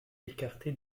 écarté